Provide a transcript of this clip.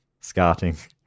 Scarting